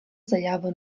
заяву